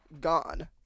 gone